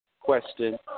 question